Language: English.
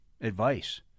advice